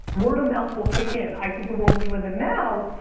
word of mouth will kick in. i think the world we live in now,